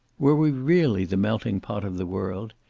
were we really the melting pot of the world,